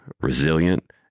resilient